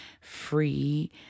free